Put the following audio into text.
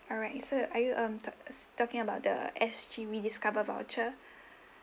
alright so are you um talk~ talking about the S_G rediscover voucher